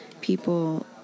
people